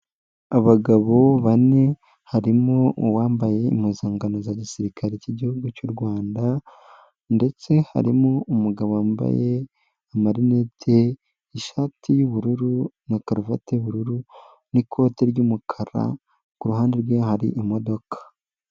Abagabo bane, harimo uwambaye impuzankano za gisirikare cy'igihugu cy'u Rwanda ndetse harimo umugabo wambaye amarinete ishati y'ubururu na karuvati y'ubururu n'ikote ry'umukara, kuruhande rwe hari imodoka.